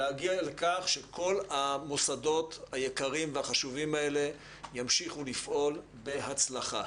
להגיע לכך שכל המוסדות היקרים והחשובים האלה ימשיכו לפעול בהצלחה.